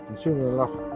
soon enough,